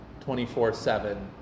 24-7